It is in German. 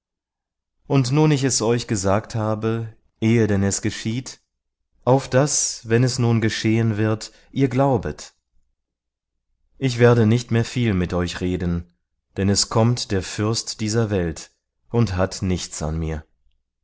und nun ich es euch gesagt habe ehe denn es geschieht auf daß wenn es nun geschehen wird ihr glaubet ich werde nicht mehr viel mit euch reden denn es kommt der fürst dieser welt und hat nichts an mir